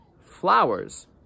flowers